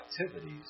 activities